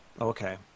Okay